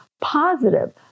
positive